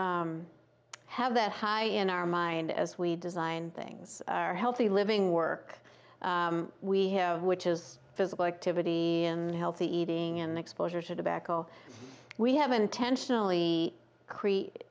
have that high in our mind as we design things are healthy living work we have which is physical activity healthy eating and exposure to tobacco we have intentionally create